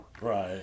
Right